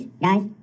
guys